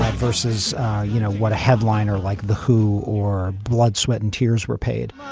ah versus you know what a headliner like the who or blood sweat and tears were paid.